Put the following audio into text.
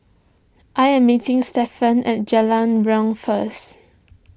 I am meeting Stephan at Jalan Riang first